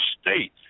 state